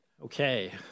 Okay